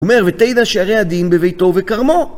אומר ותדע שערי הדין בביתו וכרמו